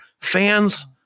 Fans